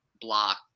block